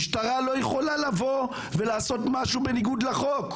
המשטרה לא יכולה לבוא ולעשות משהו בניגוד לחוק.